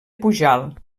pujalt